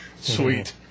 Sweet